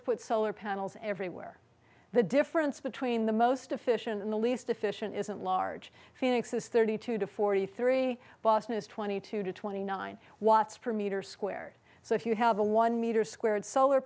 to put solar panels everywhere the difference between the most efficient and the least efficient isn't large phoenix is thirty two to forty three boston is twenty two to twenty nine watts per meter squared so if you have a one meter squared solar